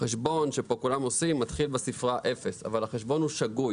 החשבון שכולם עושים כאן מתחיל בספרה 0 אבל החשבון הוא שגוי.